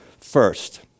First